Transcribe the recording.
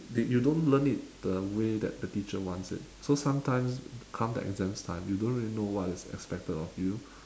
they you don't learn it the way that the teacher wants it so sometimes come the exams time you don't really know what is expected of you